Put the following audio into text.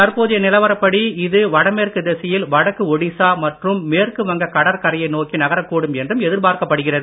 தற்போதைய நிலவரப்படி இது வடமேற்கு திசையில் வடக்கு ஒடிஷா மற்றும் மேற்குவங்க கடற்கரையை நோக்கி நகரக்கூடும் என்றும் எதிர்பார்க்கப் படுகிறது